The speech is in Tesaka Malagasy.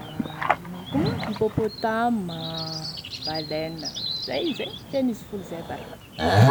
ino koa moa hippopotames, baleine, zay izy e, feno izy folo zay aby a ra.